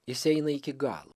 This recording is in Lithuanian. jis eina iki galo